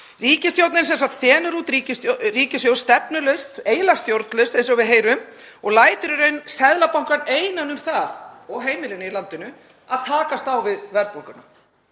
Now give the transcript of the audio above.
Ríkisstjórnin þenur út ríkissjóð stefnulaust, eiginlega stjórnlaust eins og við heyrum, og lætur í raun Seðlabankann einan um það, og heimilin í landinu, að takast á við verðbólguna.